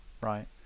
Right